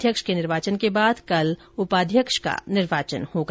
अध्यक्ष के निवार्चन के बाद कल उपाध्यक्ष का निर्वाचन होगा